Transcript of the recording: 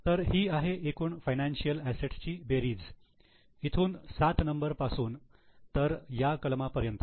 तर ही आहे एकूण फायनान्शियल असेट्स ची बेरीज इथून 7 नंबर पासून तर या कलमा पर्यंत